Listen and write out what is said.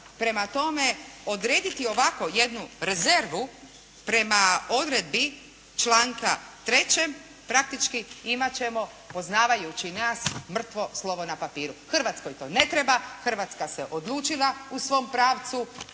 Prema tome, odrediti ovako jednu rezervu prema odredbi članka 3. praktički imat ćemo poznavajući nas mrtvo slovo na papiru. Hrvatskoj to ne treba, Hrvatska se odlučila u svom pravcu